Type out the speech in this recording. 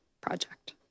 project